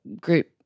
group